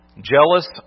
Jealous